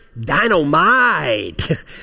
dynamite